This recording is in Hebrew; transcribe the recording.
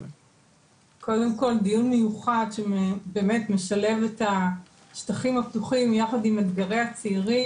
קודם כל דיון מיוחד שבאמת משלב את השטחים הפתוחים יחד עם אתגרי הצעירים,